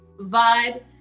vibe